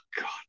God